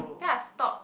then I stop